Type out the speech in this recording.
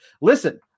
Listen